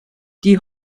die